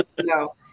No